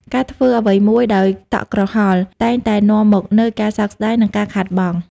ការធ្វើអ្វីមួយដោយតក់ក្រហល់ តែងតែនាំមកនូវការសោកស្ដាយ និងការខាតបង់។